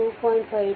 7510e 2